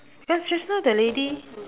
cause just now the lady